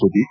Sudeep